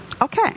Okay